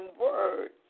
words